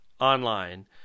online